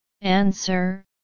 Answer